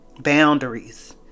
boundaries